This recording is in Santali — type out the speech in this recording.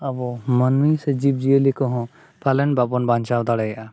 ᱟᱵᱚ ᱢᱟᱹᱱᱢᱤ ᱥᱮ ᱡᱤᱵᱽᱼᱡᱤᱭᱟᱹᱞᱤ ᱠᱚᱦᱚᱸ ᱯᱟᱞᱮᱱ ᱵᱟᱵᱚᱱ ᱵᱟᱧᱪᱟᱣ ᱫᱟᱲᱮᱭᱟᱜᱼᱟ